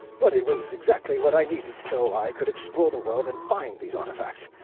but it was exactly what i needed so i could explore the world and find these artifacts,